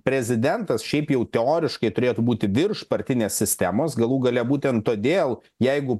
prezidentas šiaip jau teoriškai turėtų būti virš partinės sistemos galų gale būtent todėl jeigu